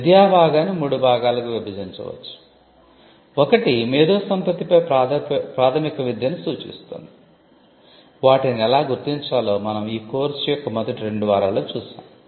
విద్యా భాగాన్ని మూడు భాగాలుగా విభజించవచ్చు ఒకటి మేధోసంపత్తిపై ప్రాథమిక విద్యను సూచిస్తుంది వాటిని ఎలా గుర్తించాలో మనం ఈ కోర్స్ యొక్క మొదటి రెండు వారాల్లో చూశాం